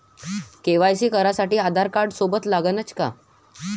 KYC करासाठी आधारकार्ड सोबत लागनच का?